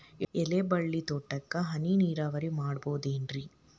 ಎಲೆಬಳ್ಳಿ ತೋಟಕ್ಕೆ ಹನಿ ನೇರಾವರಿ ಮಾಡಬಹುದೇನ್ ರಿ?